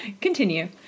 Continue